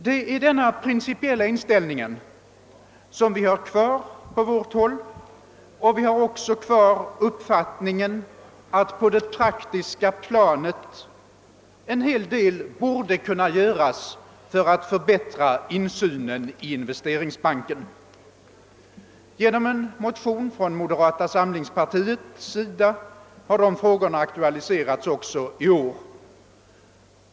Det är denna principiella inställning vi har kvar på vårt håll, och vi har också kvar uppfattningen att en hel del borde kunna göras på det praktiska planet för att förbättra insynen i Investeringsbanken. Genom en motion från moderata samlingspartiet har dessa frågor aktualiserats också i år.